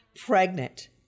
pregnant